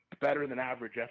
better-than-average